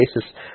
basis